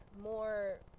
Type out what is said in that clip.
more